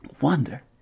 wonder